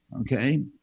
Okay